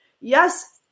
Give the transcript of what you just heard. yes